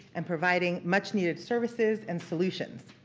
and providing much needed services and solutions.